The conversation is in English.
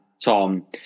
Tom